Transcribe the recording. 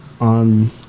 On